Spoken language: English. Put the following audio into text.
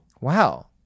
Wow